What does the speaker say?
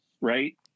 right